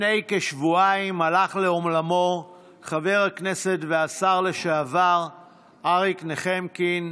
לפני כשבועיים הלך לעולמו חבר הכנסת והשר לשעבר אריק נחמקין,